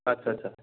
আচ্ছা আচ্ছা